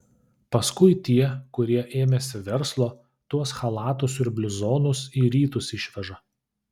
paskui tie kurie ėmėsi verslo tuos chalatus ir bliuzonus į rytus išveža